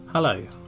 Hello